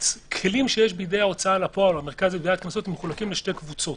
הכלים שיש בידי ההוצאה לפועל או למרכז לגביית קנסות מחולקים לשתי קבוצות